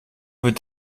wird